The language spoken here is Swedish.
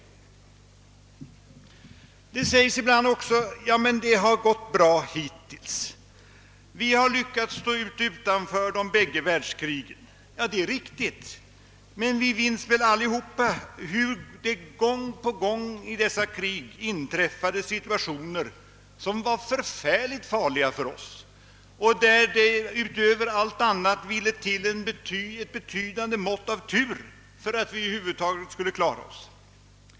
Det sägs ibland också: »Ja men, det har gått bra hittills; vi har lyckats hålla oss utanför de bägge världskrigen.» Det är riktigt, men vi minns väl alla hur det gång på gång i dessa krig uppstod situationer som var förfärligt farliga för oss och då det utöver allt annat ville till ett betydande mått av tur för att vi över huvud taget skulle klara oss.